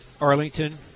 Arlington